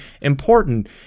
important